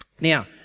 Now